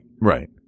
Right